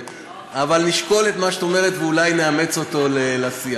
אבל נשקול את מה שאת אומרת ואולי נאמץ אותו לסיעה.